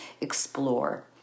explore